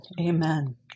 Amen